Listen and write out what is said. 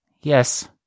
Yes